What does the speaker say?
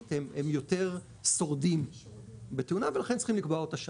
הם יותר שורדים בתאונה ולכן צריך לקבוע אותה שם.